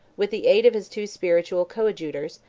with the aid of his two spiritual coadjutors,